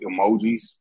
emojis